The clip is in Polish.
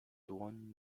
dłoń